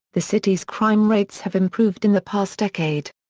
the city's crime rates have improved in the past decade.